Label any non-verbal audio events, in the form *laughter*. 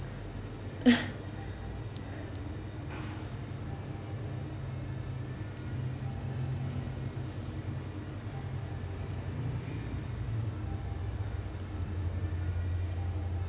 *laughs*